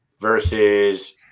versus